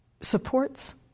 supports